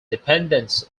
dependency